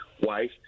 wife